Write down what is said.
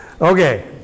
Okay